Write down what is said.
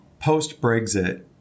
Post-Brexit